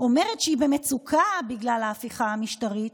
אומרת שהיא במצוקה בגלל ההפיכה המשטרית,